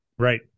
Right